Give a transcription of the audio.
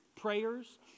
prayers